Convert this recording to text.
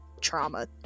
trauma